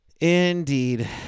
Indeed